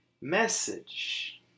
message